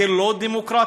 זה לא דמוקרטי,